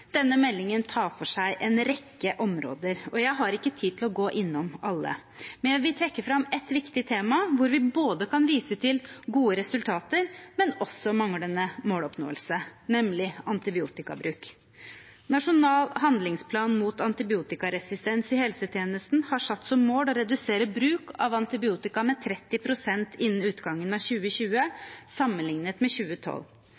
Denne meldingen tar for seg en rekke områder. Jeg har ikke tid til å gå innom alle, men jeg vil trekke fram ett viktig tema hvor vi kan vise til gode resultater, men også manglende måloppnåelse, nemlig antibiotikabruk. Nasjonal handlingsplan mot antibiotikaresistens i helsetjenesten har satt som mål å redusere bruken av antibiotika med 30 pst innen utgangen av